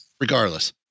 regardless